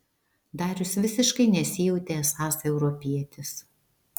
darius visiškai nesijautė esąs europietis